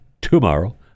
tomorrow